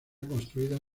construida